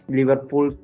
Liverpool